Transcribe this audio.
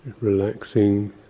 relaxing